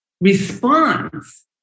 response